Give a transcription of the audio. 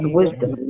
wisdom